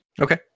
Okay